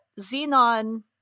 xenon